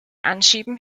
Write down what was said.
anschieben